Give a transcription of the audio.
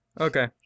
Okay